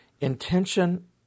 intention